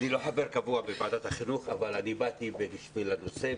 אני לא חבר קבוע בוועדת החינוך אבל באתי בשל הנושא,